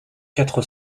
quatre